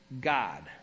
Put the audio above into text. God